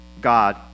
god